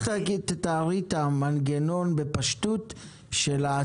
תתארי בפשטות את המנגנון של ההצעה.